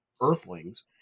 Earthlings